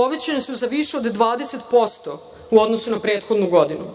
povećane su za više od 20%, u odnosu na prethodnu godinu.